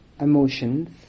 emotions